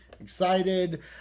Excited